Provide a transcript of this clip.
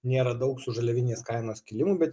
nėra daug su žaliavinės kainos kilimu bet